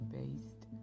based